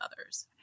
others